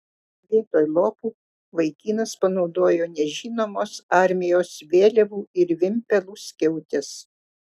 vietoj lopų vaikinas panaudojo nežinomos armijos vėliavų ir vimpelų skiautes